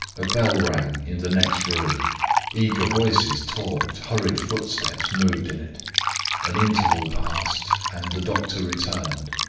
a bell rang in the next room eager voices talked hurried footsteps moved in it an interval passed, and the doctor returned.